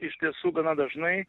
iš tiesų gana dažnai